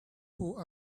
who